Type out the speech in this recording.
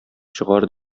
чыгар